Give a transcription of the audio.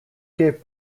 gave